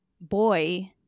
boy